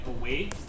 away